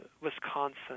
Wisconsin